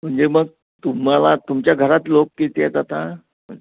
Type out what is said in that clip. म्हणजे मग तुम्हाला तुमच्या घरात लोक किती आहेत आता